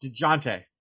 DeJounte